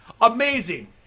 amazing